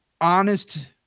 honest